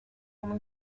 como